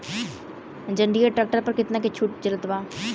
जंडियर tractor पर कितना के छूट चलत बा?